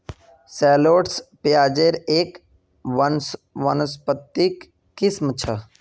shallots प्याज़ेर एक वानस्पतिक किस्म छ